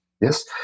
yes